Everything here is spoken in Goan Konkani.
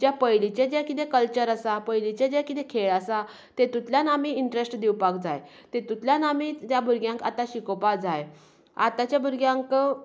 जें पयलीचें जें कितें कल्चर आसा पयलीचें जे कितें खेळ आसा तेतूंतल्यान आमी इंट्रस्ट दिवपाक जाय तितूंतल्यान आमी ज्या भुरग्यांक आता शिकोवपाक जाय आताच्या भुरग्यांक